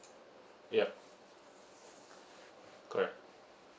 ya correct